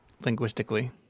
Linguistically